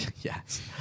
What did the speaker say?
Yes